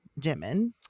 Jimin